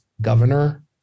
governor